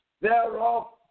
thereof